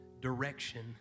direction